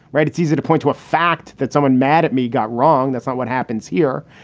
right. it's easy to point to a fact that someone mad at me got wrong. that's not what happens here.